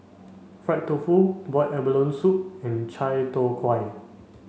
fried tofu boiled abalone soup and Chai Tow Kway